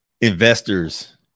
investors